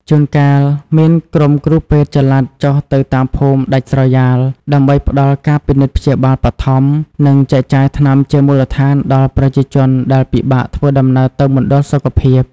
ជួនកាលមានក្រុមគ្រូពេទ្យចល័តចុះទៅតាមភូមិដាច់ស្រយាល ដើម្បីផ្ដល់ការពិនិត្យព្យាបាលបឋម និងចែកចាយថ្នាំជាមូលដ្ឋានដល់ប្រជាជនដែលពិបាកធ្វើដំណើរទៅមណ្ឌលសុខភាព។